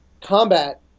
combat